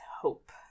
hope